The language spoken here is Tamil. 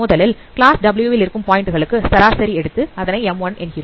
முதலில் கிளாஸ் w1 ல் இருக்கும் பாயிண்ட் களுக்கு சராசரி எடுத்து அதனை m1 என்கிறோம்